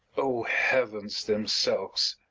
o heavens themselves!